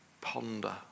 ponder